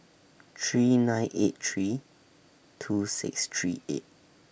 three nine eight three two six three eight